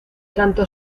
tanto